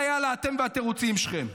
יאללה, יאללה, אתם והתירוצים שלכם.